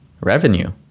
revenue